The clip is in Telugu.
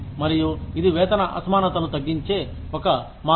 మరియు ఇది వేతన అసమానతలు తగ్గించే ఒక మార్గం